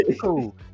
cool